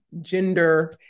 gender